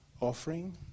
offering